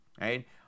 right